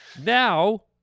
Now